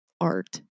art